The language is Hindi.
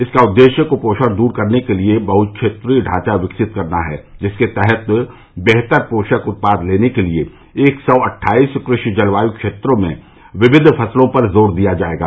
इसका उद्देश्य कुपोषण दूर करने के लिए बहु क्षेत्रीय ढांचा विकसित करना है जिसके तहत बेहतर पोषक उत्पाद लेने के लिए एक सौ अट्ठाईस कृषि जलवायु क्षेत्रों में विविध फसलों पर जोर दिया जायेगा